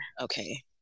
okay